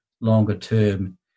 longer-term